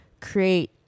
create